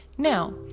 Now